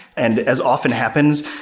and as often happens,